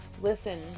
Listen